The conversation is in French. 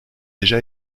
déjà